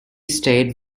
stayed